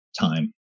time